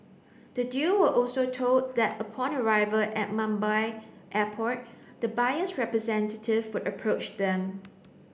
the duo were also told that upon arrival at Mumbai Airport the buyer's representative would approach them